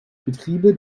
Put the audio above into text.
betriebe